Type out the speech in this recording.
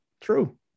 True